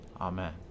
Amen